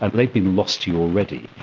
and they've been lost to you already.